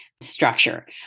structure